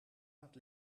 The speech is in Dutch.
laat